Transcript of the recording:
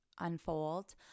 unfold